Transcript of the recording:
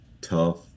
tough